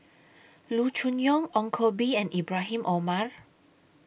Loo Choon Yong Ong Koh Bee and Ibrahim Omar